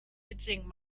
mitsingen